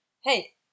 hey